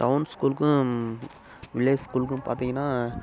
down ஸ்கூலுக்கும் village ஸ்கூலுக்கும் பார்த்திங்கன்னால்